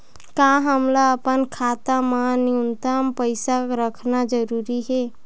का हमला अपन खाता मा न्यूनतम पईसा रखना जरूरी हे?